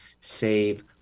save